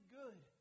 good